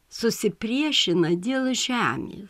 susipriešina dėl žemė